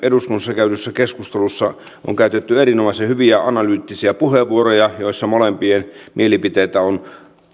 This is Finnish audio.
eduskunnassa käydyssä keskustelussa on käytetty erinomaisen hyviä analyyttisia puheenvuoroja joissa molempia mielipiteitä on